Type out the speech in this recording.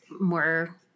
more